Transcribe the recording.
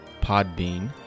Podbean